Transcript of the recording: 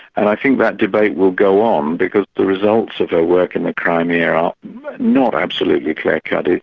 and i think that debate will go on because the results of her work in the crimea are um not absolutely clear-cut,